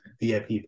VIP